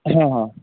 হ্যাঁ হ্যাঁ